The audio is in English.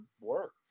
work